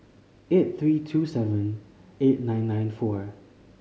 eight three two seven eight nine nine four